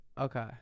Okay